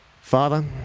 Father